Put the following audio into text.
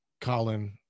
Colin